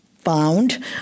found